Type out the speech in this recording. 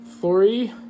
three